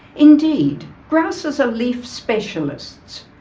indeed, grasses are leaf specialists,